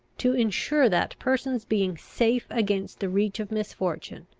to insure that person's being safe against the reach of misfortune.